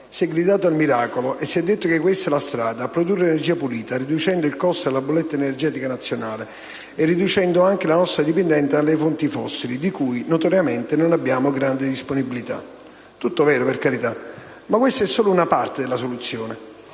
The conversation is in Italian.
Si è gridato al miracolo e si è detto che questa è la strada: produrre energia pulita, riducendo il costo della bolletta energetica nazionale e riducendo anche la nostra dipendenza dalle fonti fossili, di cui notoriamente non abbiamo grande disponibilità. Tutto vero, per carità, ma questa è solo una parte della soluzione.